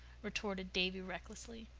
retorted davy recklessly.